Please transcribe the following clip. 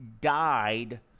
died